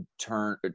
turn